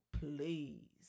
please